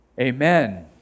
Amen